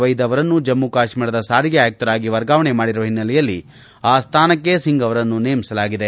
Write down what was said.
ವೈದ್ ಅವರನ್ನು ಜಮ್ನು ಕಾಶ್ಮೀರದ ಸಾರಿಗೆ ಆಯುಕ್ತರಾಗಿ ವರ್ಗಾವಣೆ ಮಾಡಿರುವ ಹಿನ್ನೆಲೆಯಲ್ಲಿ ಆ ಸ್ಥಾನಕ್ಕೆ ಸಿಂಗ್ ಅವರನ್ನು ನೇಮಿಸಲಾಗಿದೆ